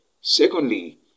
Secondly